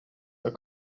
are